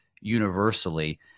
universally